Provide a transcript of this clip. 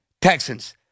Texans